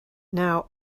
now